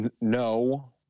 No